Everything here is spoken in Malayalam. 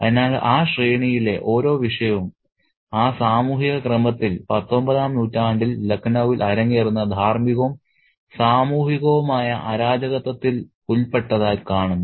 അതിനാൽ ആ ശ്രേണിയിലെ ഓരോ വിഷയവും ആ സാമൂഹിക ക്രമത്തിൽ 19 ാം നൂറ്റാണ്ടിൽ ലഖ്നൌവിൽ അരങ്ങേറുന്ന ധാർമ്മികവും സാമൂഹികവുമായ അരാജകത്വത്തിൽ ഉൾപ്പെട്ടതായി കാണുന്നു